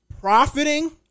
profiting